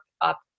up